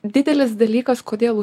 didelis dalykas kodėl